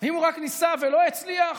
אם הוא רק ניסה ולא הצליח,